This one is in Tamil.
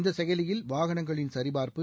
இந்த செயலியில் வாகனங்களின் சரிபார்ப்பு